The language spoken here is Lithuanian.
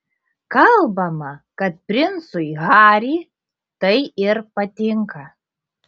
kalbama kad princui harry tai ir patinka